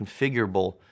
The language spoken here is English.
configurable